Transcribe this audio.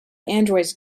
androids